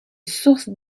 source